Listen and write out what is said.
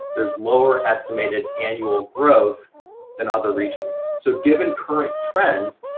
there's lower estimated annual growth than other regions. so given current trends,